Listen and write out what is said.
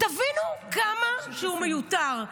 תבינו כמה שהוא מיותר.